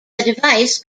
device